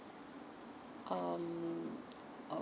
um